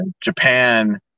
Japan